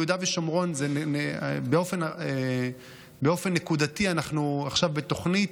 ביהודה ושומרון באופן נקודתי אנחנו עכשיו בתוכנית.